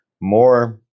more